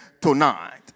tonight